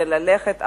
זה ללכת אחורה,